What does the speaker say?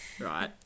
Right